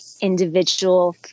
individual